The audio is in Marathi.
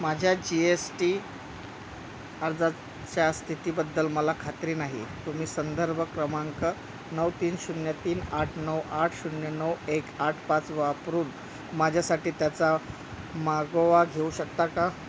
माझ्या जी एस टी अर्जाच्या स्थितीबद्दल मला खात्री नाही तुम्ही संदर्भ क्रमांक नऊ तीन शून्य तीन आठ नऊ आठ शून्य नऊ एक आठ पाच वापरून माझ्यासाठी त्याचा मागोवा घेऊ शकता का